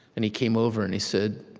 and he came over, and he said,